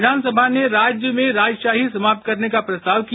संविधान सभा ने राज्य में राजशाही समाप्त करने का प्रस्ताव किया